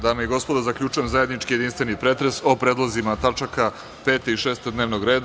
Dame i gospodo, zaključujem zajednički jedinstveni pretres o predlozima tačaka 5. i 6. dnevnog reda.